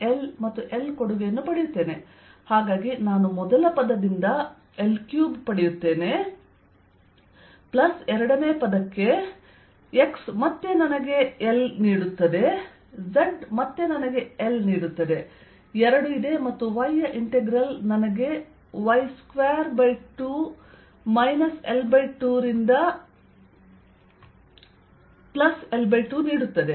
ಆದ್ದರಿಂದ ನಾನು ಮೊದಲಪದದಿಂದ L3 ಪಡೆಯುತ್ತೇನೆ ಪ್ಲಸ್ ಎರಡನೇ ಪದಕ್ಕೆ x ಮತ್ತೆ ನನಗೆ L ನೀಡುತ್ತದೆ z ಮತ್ತೆ ನನಗೆ L ನೀಡುತ್ತದೆ 2 ಇದೆ ಮತ್ತು y ಯ ಇಂಟೆಗ್ರಲ್ ನನಗೆ y22 L2 ರಿಂದ L2 ನೀಡುತ್ತದೆ